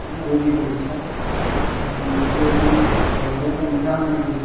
नाम रोगिपरीक्षा रोगिनि रोगनिदानम् इति